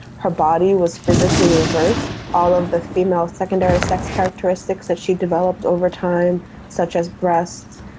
her body was physically reversed. all of the female secondary sex characteristics that she developed over time such as breasts,